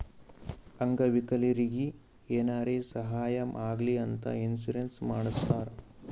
ಅಂಗ ವಿಕಲರಿಗಿ ಏನಾರೇ ಸಾಹಾಯ ಆಗ್ಲಿ ಅಂತ ಇನ್ಸೂರೆನ್ಸ್ ಮಾಡಸ್ತಾರ್